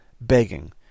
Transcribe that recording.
begging